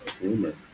rumor